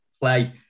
play